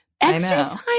Exercise